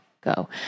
go